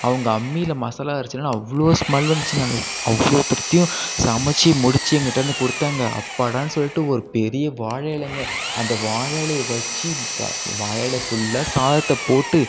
அவங்க அம்மியில மசாலா அரைச்சனால அவ்வளோ ஸ்மெல் வந்துச்சுங்க அவ்வளோத்ததையும் சமைச்சி முடிச்சு எங்கட்ட வந்து கொடுத்தாங்க அப்பாடான்னு சொல்லிட்டு ஒரு பெரிய வாழை இலைங்க அந்த வாழை இலையை வச்சு வாழை இலை ஃபுல்லாக சாதத்தை போட்டு